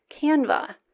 Canva